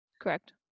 Correct